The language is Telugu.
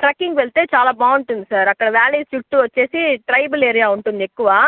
ట్రెక్కింగ్కి వెళ్తే చాలా బాగుంటుంది సార్ అక్కడ వ్యాలీస్ చుట్టూ వచ్చేసి ట్రైబల్ ఏరియా ఉంటుంది ఎక్కువ